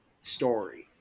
story